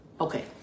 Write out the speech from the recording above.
Okay